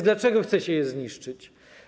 Dlaczego chcecie je zniszczyć?